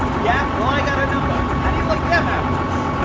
yeah, well, i got her number. how do you like them apples?